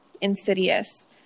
insidious